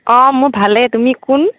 অঁ মোৰ ভালে তুমি কোন